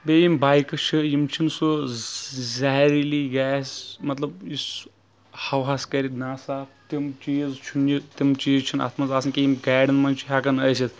بیٚیہِ یِم بایکہٕ چھِ یِم چھ نہٕ سُہ زیہریٖلی گیس مطلب یُس ہواہَس کرِ ناصاف تِم چیٖز چھُ نہٕ یہِ تِم چیٖز چھِ نہٕ اَتھ منٛز آسان کِہینۍ یِم گاڑین منٛز چھِ ہٮ۪کان ٲسِتھ